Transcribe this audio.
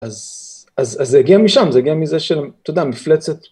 אז זה הגיע משם, זה הגיע מזה ש... אתה יודע מפלצת